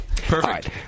Perfect